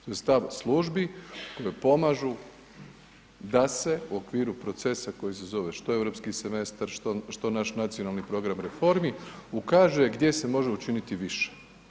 To je stav službi koje pomažu da se u okviru procesa koji se zove što europski semestar, što naš nacionalni program reformi ukaže gdje se može učiniti više.